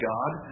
God